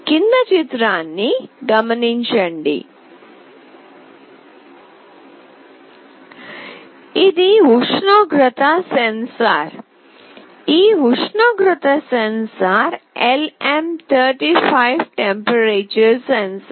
ఇది ఉష్ణోగ్రత సెన్సార్ ఈ ఉష్ణోగ్రత సెన్సార్ LM35 Temp sensor